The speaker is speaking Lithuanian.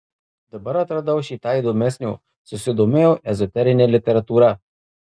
dabar atradau šį tą įdomesnio susidomėjau ezoterine literatūra